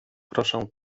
proszę